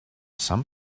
some